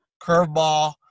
curveball